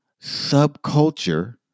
subculture